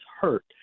hurt